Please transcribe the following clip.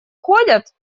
ходят